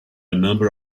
number